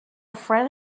friend